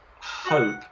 hope